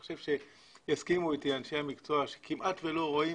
אני חושב שיסכימו איתי אנשי המקצוע שכמעט שלא רואים